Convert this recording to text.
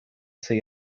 see